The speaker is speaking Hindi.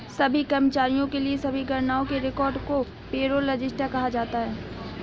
सभी कर्मचारियों के लिए सभी गणनाओं के रिकॉर्ड को पेरोल रजिस्टर कहा जाता है